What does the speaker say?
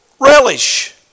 relish